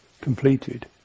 completed